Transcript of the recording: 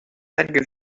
algues